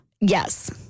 Yes